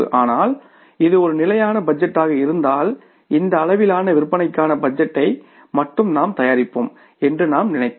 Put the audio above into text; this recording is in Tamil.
ஆனால் இது ஒரு ஸ்டாடிக் பட்ஜெட்டாக இருந்தால் இந்த அளவிலான விற்பனைக்கான பட்ஜெட்டை மட்டுமே நாம் தயாரிப்போம் என்று நாம் நினைத்தோம்